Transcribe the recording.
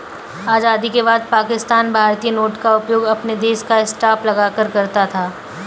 आजादी के बाद पाकिस्तान भारतीय नोट का उपयोग अपने देश का स्टांप लगाकर करता था